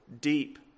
deep